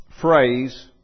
Phrase